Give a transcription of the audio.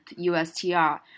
USTR